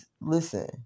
listen